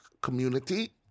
community